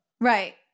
Right